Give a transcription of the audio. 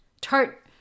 tart